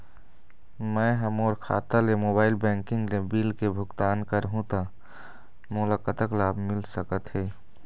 मैं हा मोर खाता ले मोबाइल बैंकिंग ले बिल के भुगतान करहूं ता मोला कतक लाभ मिल सका थे?